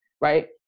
right